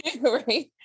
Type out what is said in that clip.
Right